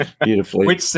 Beautifully